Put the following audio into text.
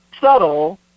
subtle